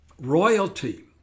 royalty